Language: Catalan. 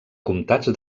comtats